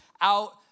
out